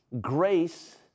grace